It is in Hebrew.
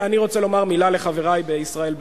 הזמן עבר.